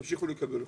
ימשיכו לקבל אותו.